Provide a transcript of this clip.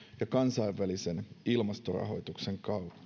ja kansainvälisen ilmastorahoituksen